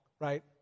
right